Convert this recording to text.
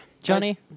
Johnny